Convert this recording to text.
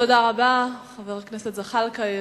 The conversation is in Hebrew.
תודה רבה, חבר הכנסת זחאלקה.